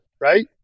right